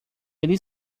ele